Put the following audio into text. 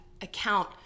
account